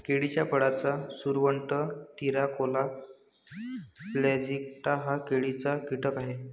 केळीच्या फळाचा सुरवंट, तिराकोला प्लॅजिएटा हा केळीचा कीटक आहे